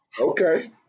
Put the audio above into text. okay